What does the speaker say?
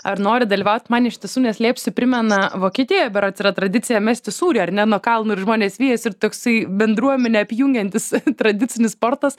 ar nori dalyvaut man iš tiesų neslėpsiu primena vokietijoj berods yra tradicija mesti sūrį ar ne nuo kalno ir žmonės vyjasi ir toksai bendruomenė apjungiantis tradicinis sportas